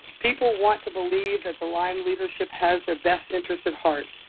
people want to believe that the lyme leadership has their best interest at heart.